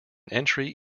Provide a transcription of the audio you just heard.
entry